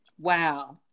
wow